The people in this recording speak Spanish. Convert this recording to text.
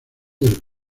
del